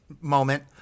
moment